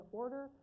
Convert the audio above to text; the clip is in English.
order